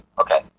Okay